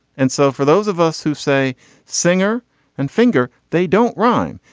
and so for those of us who say singer and finger they don't rhyme.